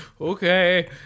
okay